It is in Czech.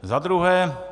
Za druhé.